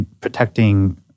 protecting